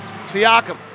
Siakam